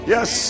Yes